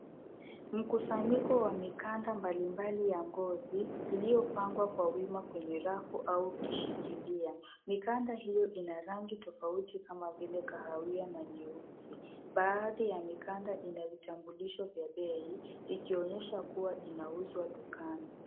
Mkusanyiko wa mikanda mbalimbali ya ngozi iliyopangwa kwa wima kwenye rafu au kishikilia. Mikanda hiyo ina rangi tofauti kama vile kahawia na nyeusi. Baadhi ya mikanda ina vitambulisho vya bei, ikionyesha kuwa inauzwa dukani.